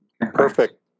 Perfect